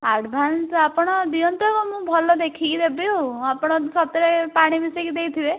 advance ଆପଣ ଦିଅନ୍ତୁ ମୁଁ ଭଲ ଦେଖିକି ଦେବି ଆଉ ଆପଣ ସତରେ ପାଣି ମିଶାଇକି ଦେଇଥିବେ